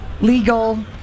Legal